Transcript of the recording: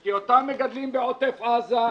כי אותם מגדלים בעוטף עזה,